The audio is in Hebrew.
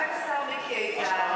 גם את השר מיקי איתן.